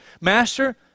Master